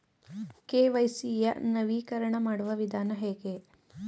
KYC ಯ ನವೀಕರಣ ಮಾಡುವ ವಿಧಾನ ಹೇಗೆ?